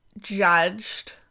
judged